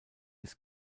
ist